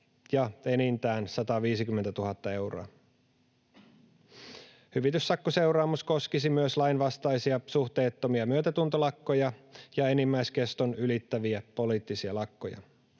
ja enintään 150 000 euroa. Hyvityssakkoseuraamus koskisi myös lainvastaisia suhteettomia myötätuntolakkoja ja enimmäiskeston ylittäviä poliittisia lakkoja.